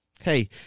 Hey